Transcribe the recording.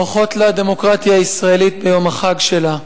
ברכות לדמוקרטיה הישראלית ביום החג שלה.